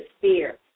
fear